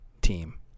team